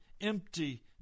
Empty